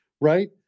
Right